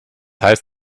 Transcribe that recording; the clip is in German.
heißt